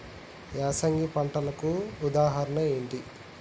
యాసంగి పంటలకు ఉదాహరణ ఏంటి?